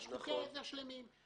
יש חוקי עזר שלמים.